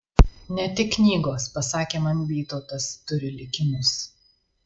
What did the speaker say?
ne tik knygos pasakė man bytautas turi likimus